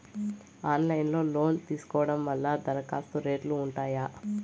Online లో loan తీసుకోవడం వల్ల దరఖాస్తు రేట్లు ఉంటాయా?